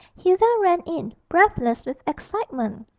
hilda ran in, breathless with excitement.